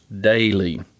daily